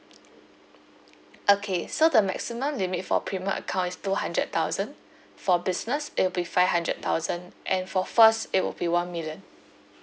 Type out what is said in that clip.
okay so the maximum limit for premium account is two hundred thousand for business it'll be five hundred thousand and for first it will be one million